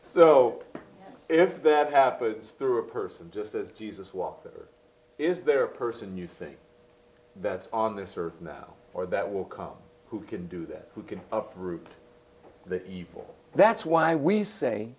so if that happens through a person just as jesus was or is there a person using that on this or now or that will come who can do that who can of root the evil that's why we say